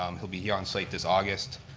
um he'll be on site this august,